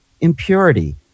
impurity